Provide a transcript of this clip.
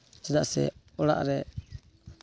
ᱪᱮᱫᱟᱜ ᱥᱮ ᱚᱲᱟᱜ ᱨᱮ